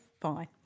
fine